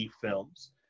Films